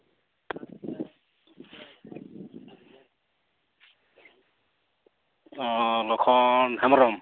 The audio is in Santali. ᱚ ᱞᱚᱠᱷᱠᱷᱚᱱ ᱦᱮᱢᱨᱚᱢ